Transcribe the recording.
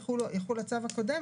יחול הצו הקודם.